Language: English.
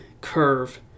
curve